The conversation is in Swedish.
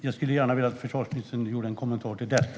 Jag skulle gärna vilja att försvarsministern gav en kommentar till detta.